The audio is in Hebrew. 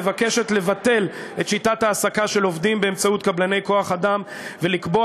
מבקשת לבטל את שיטת ההעסקה של עובדים באמצעות קבלני כוח-אדם ולקבוע